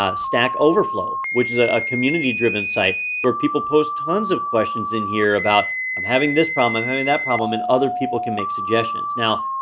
ah stack overflow which is ah a community-driven site where people posts tons of question in here about um having this problem and having that problem, and other people can make suggestions. now,